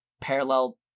parallel